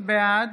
בעד